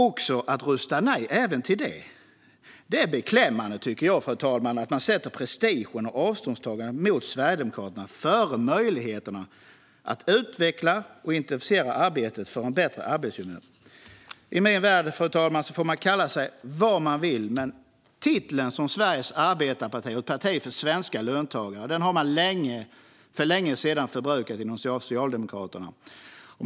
Jag tycker att det är beklämmande att man sätter prestigen och avståndstagandet från Sverigedemokraterna före möjligheterna att utveckla och intensifiera arbetet för en bättre arbetsmiljö. I min värld får man kalla sig vad man vill, men titeln som Sveriges arbetarparti och ett parti för svenska löntagare har Socialdemokraterna för länge sedan förbrukat.